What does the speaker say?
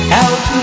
out